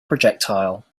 projectile